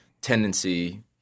tendency